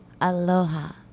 Aloha